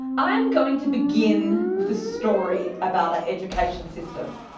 i'm going to begin with a story about our education system.